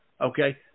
okay